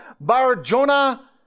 Bar-Jonah